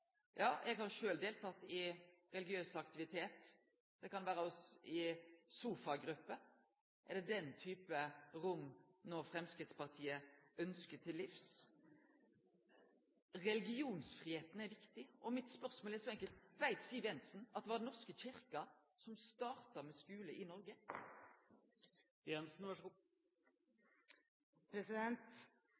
Ja, eg har sjølv delteke i religiøs aktivitet – det kan vere i ei sofagruppe. Er det den typen rom Framstegspartiet no ønskjer til livs? Religionsfridomen er viktig, og spørsmålet mitt er så enkelt: Veit Siv Jensen at det var Den norske kyrkja som starta med skule i Noreg? Dette er en sak som oppfattes så